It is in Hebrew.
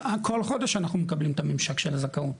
כל חודש אנחנו מקבלים את הממשק של הזכאות.